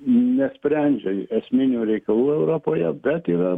nesprendžia esminių reikalų europoje bet yra